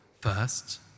First